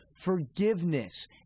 forgiveness